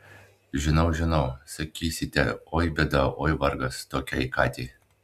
žinau žinau sakysite oi bėda oi vargas tokiai katei